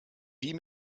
wie